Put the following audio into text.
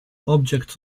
objects